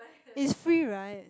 is free right